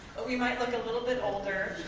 we might look a little bit older,